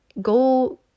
go